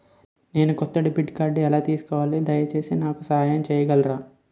నేను కొత్త డెబిట్ కార్డ్ని ఎలా తీసుకోవాలి, దయచేసి నాకు సహాయం చేయగలరా?